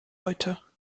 heute